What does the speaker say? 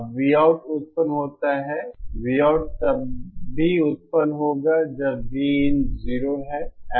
अब Vout उत्पन्न होता है Vout तब भी उत्पन्न होगा जब Vin 0 है